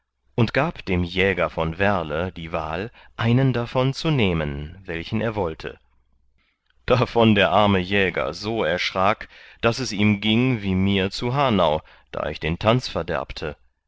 und gab dem jäger von werle die wahl einen davon zu nehmen welchen er wollte davon der arme jäger so erschrak daß es ihm gieng wie mir zu hanau da ich den tanz verderbte